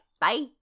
Bye